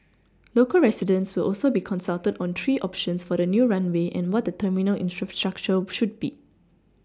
local residents will also be consulted on three options for the new runway and what the terminal infrastructure should be